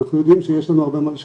אנחנו יודעים שיש לנו הרבה מה לשפר.